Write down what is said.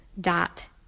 dot